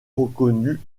reconnus